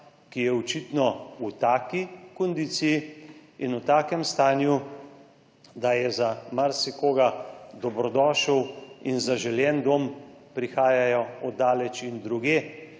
ki je očitno v taki kondiciji in v takem stanju, da je za marsikoga dobrodošel in zaželen dom, prihajajo od daleč in od